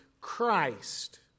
Christ